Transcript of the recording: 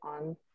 on